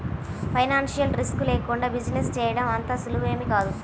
financial risk లేకుండా business చేయడం అంత సులువేమీ కాదు